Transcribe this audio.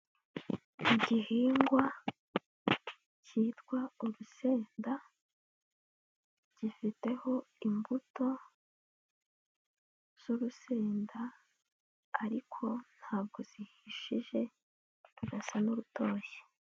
Igihingwa cyitwa urusenda gifiteho imbuto z'urusenda, ariko ntabwo zihishije rurasa n'urutoshye.